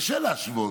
קשה להשוות,